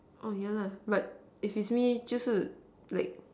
oh yeah lah but if me 就是 like